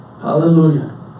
Hallelujah